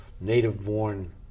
native-born